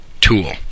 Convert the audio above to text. tool